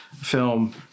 film